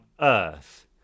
earth